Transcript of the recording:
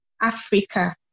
Africa